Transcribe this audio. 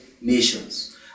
nations